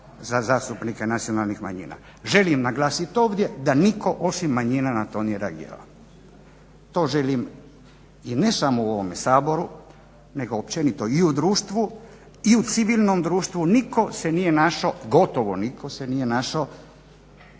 za zastupnike nacionalnih manjina. Želim naglasit ovdje da nitko osim manjina na to nije reagirao. To želim i ne samo u ovom Saboru nego općenito i u društvu i u civilnom društvu nitko se nije našao, gotovo nitko se nije našao